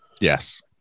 Yes